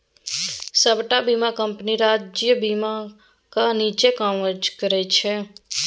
सबटा बीमा कंपनी राष्ट्रीय बीमाक नीच्चेँ काज करय छै